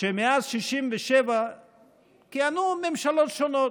שמאז 67' כיהנו ממשלות שונות: